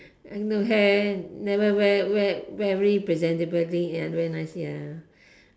then the hair never wear wear very presentably ya wear nice ya